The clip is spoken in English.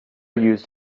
used